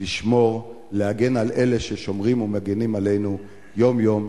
לשמור ולהגן על אלה ששומרים ומגינים עלינו יום-יום,